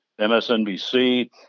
MSNBC